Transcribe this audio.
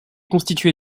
constitué